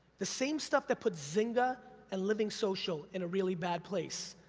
the same stuff that put zynga and livingsocial in a really bad place.